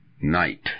Night